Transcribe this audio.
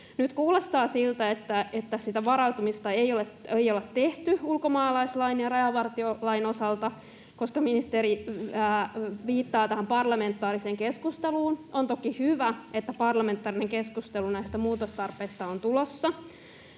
Nyt kuulostaa siltä, että sitä varautumista ei ole tehty ulkomaalaislain ja rajavar-tiolain osalta, koska ministeri viittaa tähän parlamentaariseen keskusteluun. On toki hyvä, että parlamentaarinen keskustelu näistä muutostarpeista on tulossa,